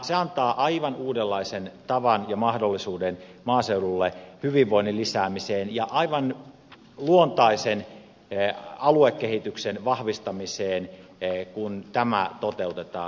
se antaa aivan uudenlaisen tavan ja mahdollisuuden hyvinvoinnin lisäämiseen maaseudulle ja aivan luontaisen aluekehityksen vahvistamiseen kun tämä toteutetaan